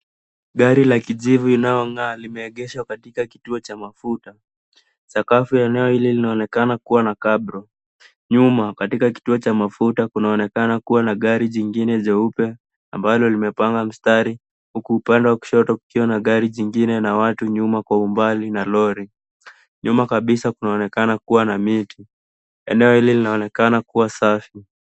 Gari la kijivu linayong'aa limeegeshwa katika kituo cha mafuta. Sakafu ya enoe hili linaonekana kuwa na gabroo . Nyuma katika kituo cha mafuta kunaonekana kuwa na gari jingine jeupe ambalo limepanga mstari huku upande wa kushoto kukiwa na gari jingine na watu nyuma kwa umbali na lori. Nyuma kabisa kunaonekana kuwa na miti. Eneo hili linaonekana kuwa safi.